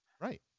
Right